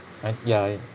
ya ya